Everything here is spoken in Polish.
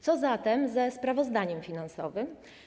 Co zatem ze sprawozdaniem finansowym?